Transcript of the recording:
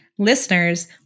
listeners